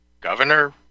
governor